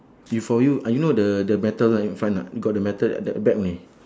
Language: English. you for you I only know the the metal right in front ah got the metal at the back only